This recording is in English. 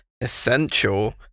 essential